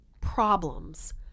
problems